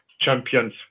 champions